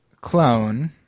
clone